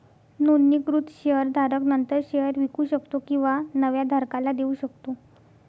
नोंदणीकृत शेअर धारक नंतर शेअर विकू शकतो किंवा नव्या धारकाला देऊ शकतो